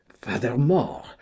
furthermore